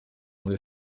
muri